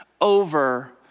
over